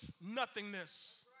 nothingness